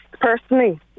personally